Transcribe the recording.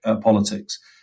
politics